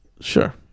Sure